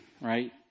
right